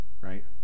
right